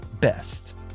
Best